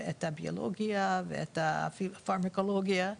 הביולוגיה ואת הפרמקולוגיה,